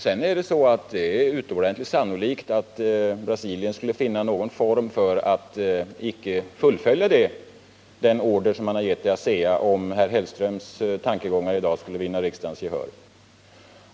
Det är vidare utomordentligt sannolikt att Brasilien skulle finna någon form för att icke fullfölja den order som man har givit ASEA, om herr Hellströms tankegångar i dag skulle vinna riksdagens gehör.